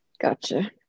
Gotcha